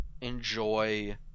enjoy